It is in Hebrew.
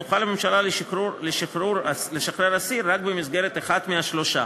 תוכל הממשלה לשחרר אסיר רק במסגרת אחד מהשלושה: